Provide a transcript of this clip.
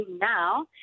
now